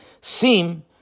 seem